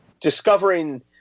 discovering